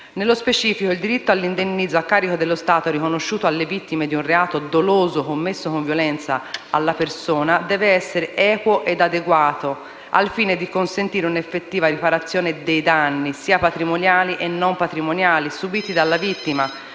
Nello specifico, l'indennizzo a carico dello Stato, riconosciuto alla vittima di un reato doloso commesso con violenza alla persona, deve essere equo e adeguato, al fine di consentire un'effettiva riparazione dei danni, patrimoniali e non patrimoniali, subiti dalla vittima